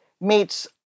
meets